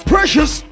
Precious